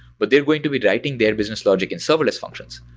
but they're going to be writing their business logic in serverless functions.